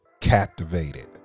captivated